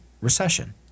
recession